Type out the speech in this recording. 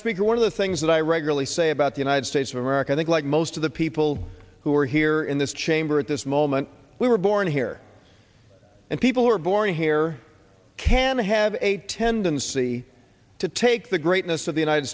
speaker one of the things that i regularly say about the united states of america i think like most of the people who are here in this chamber this moment we were born here and people who are born here can have a tendency to take the greatness of the united